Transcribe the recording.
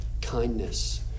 kindness